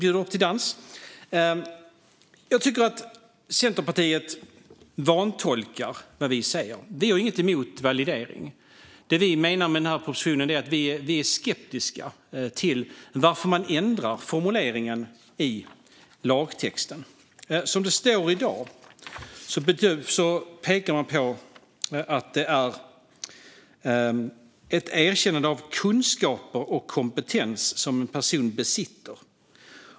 Men jag tycker att Centerpartiet vantolkar vad vi säger. Vi har inget emot validering. Det vi menar är att vi är skeptiska till att man ändrar formuleringen i lagtexten. Som det står i dag talas det om ett erkännande av kunskaper och kompetens som en person besitter.